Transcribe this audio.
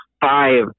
five